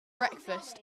breakfast